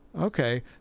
Okay